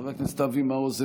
חבר הכנסת אבי מעוז,